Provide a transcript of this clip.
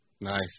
Nice